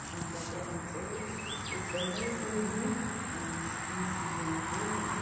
अन्त त्यहाँ चाहिँ एकदमै त्यो दिन स्प्रिङ सिजन थियो